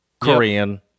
korean